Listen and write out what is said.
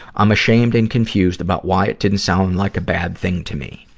i'm ashamed and confused about why it didn't sound like a bad thing to me.